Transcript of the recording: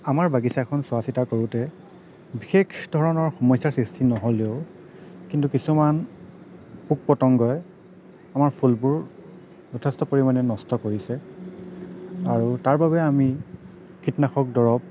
আমাৰ বাগিছাখন চোৱা চিতা কৰোঁতে বিশেষ ধৰণৰ সমস্যাৰ সৃষ্টি নহ'লেও কিন্তু কিছুমান পোক পতংগই আমাৰ ফুলবোৰ যথেষ্ট পৰিমাণে নষ্ট কৰিছে আৰু তাৰবাবে আমি কীটনাশক দৰব